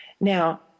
now